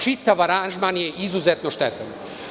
Čitav angažman je izuzetno štetan.